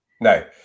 No